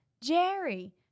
Jerry